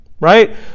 Right